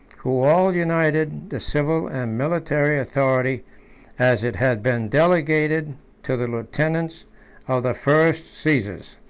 who all united the civil and military authority as it had been delegated to the lieutenants of the first caesars.